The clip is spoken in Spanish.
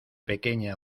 pequeña